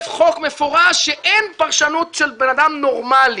חוק מפורש כשאין פרשנות של בן אדם נורמלי